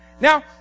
Now